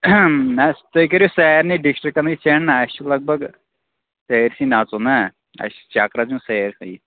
نہَ حظ تُہۍ کٔرِو سارِنٕے ڈِسٹرٛکَن ہٕنٛدۍ سینٛڈ نا اَسہِ چھُ لگ بگ سٲرسٕے نَژُن نا اَسہِ چھُ چکرا دیُن سٲرِسٕے